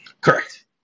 Correct